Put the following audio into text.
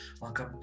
Welcome